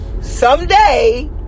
someday